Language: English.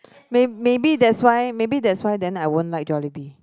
maybe that's why maybe that's why then I won't like Jollibee